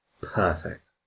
Perfect